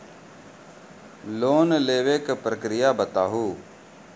Loan लेवे के प्रक्रिया बताहू?